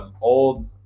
old